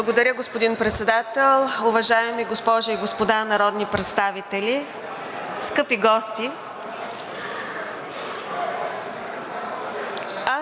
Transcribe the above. Благодаря Ви, господин Председател. Уважаеми госпожи и господа народни представители! Господин